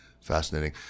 Fascinating